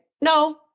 no